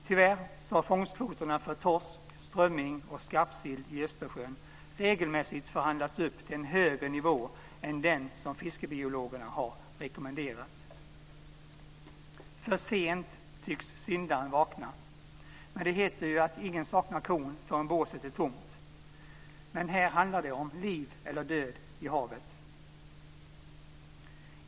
Tyvärr har fångstkvoterna för torsk, strömming och skarpsill i Östersjön regelmässigt förhandlats upp till en högre nivå än den som fiskebiologerna har rekommenderat. För sent tycks syndaren vakna. Det heter ju att ingen saknar kon förrän båset är tomt, men här handlar det om liv eller död i havet.